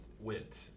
went